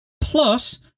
plus